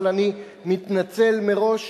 אבל אני מתנצל מראש,